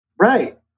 Right